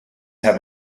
have